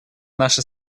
наша